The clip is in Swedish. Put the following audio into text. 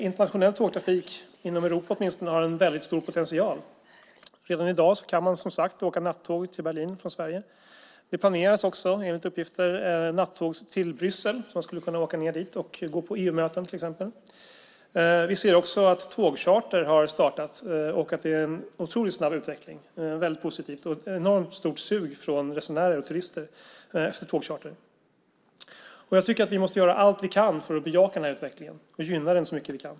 Internationell tågtrafik, åtminstone inom Europa, har också en väldigt stor potential. Redan i dag kan man som sagt åka nattåget till Berlin från Sverige. Det planeras också enligt uppgift nattåg till Bryssel; man skulle till exempel kunna åka ned dit och gå på EU-möten. Vi ser också att tågcharter har startats och har en otroligt snabb och positiv utveckling och att det finns ett enormt sug från resenärer och turister. Jag tycker att vi måste gör allt vi kan för att bejaka den här utvecklingen och gynna den så mycket vi kan.